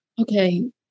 Okay